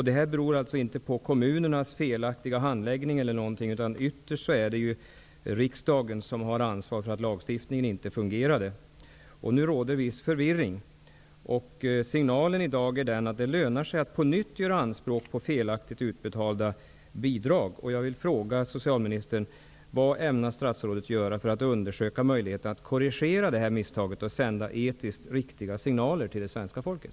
Detta beror inte på kommunernas felaktiga handläggning, utan ytterst är det riksdagen som har ansvaret för att lagstiftningen inte fungerade. Nu råder viss förvirring. Signalen i dag är att det lönar sig att på nytt göra anspråk på felaktigt utbetalda bidrag. Jag vill fråga socialministern vad han ämnar göra för att undersöka möjligheterna att korrigera detta misstag och sända etiskt riktiga signaler till det svenska folket.